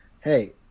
Hey